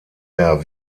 der